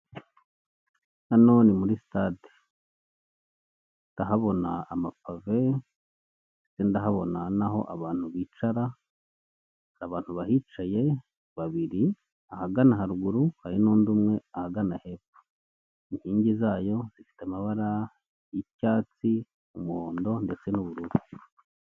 Abagabo n'abagore bari mu cyumba cy'uruganiriro gisize irange ry'umweru kirimo amatara ari kwaka, bicaye ku meza n'intebe by'umukara. Ayo meza ateretseho amazi yo mu macupa yo kunywa ndetse na mudasobwa.